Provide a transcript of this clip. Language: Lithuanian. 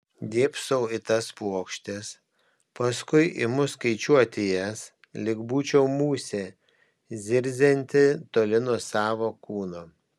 dėbsau į tas plokštes paskui imu skaičiuoti jas lyg būčiau musė zirzianti toli nuo savo kūno